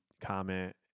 comment